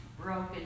broken